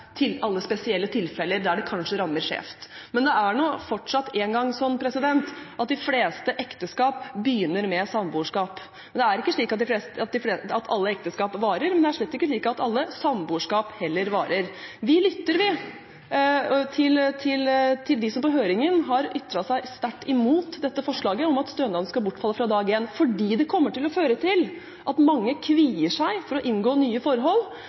seg alle de spesielle tilfellene der det kanskje rammer skjevt. Men det er nå fortsatt engang sånn at de fleste ekteskap begynner med et samboerskap. Det er ikke slik at alle ekteskap varer, men det er slett ikke slik at alle samboerskap varer heller. Vi lytter til dem som på høringen ytret seg sterkt imot forslaget om at stønaden skal bortfalle fra dag én, fordi det kommer til å føre til at mange kvier seg for å inngå nye forhold,